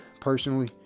personally